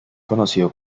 conocido